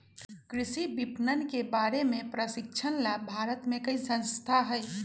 कृषि विपणन के बारे में प्रशिक्षण ला भारत में कई संस्थान हई